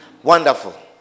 Wonderful